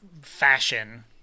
fashion